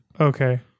okay